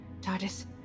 TARDIS